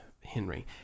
Henry